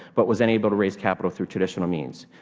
but was unable to raise capital through traditional means.